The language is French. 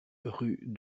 rue